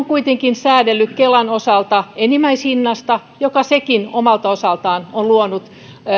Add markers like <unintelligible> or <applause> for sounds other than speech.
<unintelligible> kuitenkin säädellyt kelan osalta enimmäishinnasta joka sekin omalta osaltaan on luonut